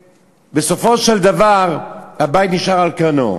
ובסופו של דבר הבית נשאר על כנו.